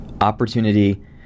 Opportunity